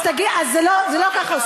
אז לא כך היא